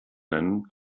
nennen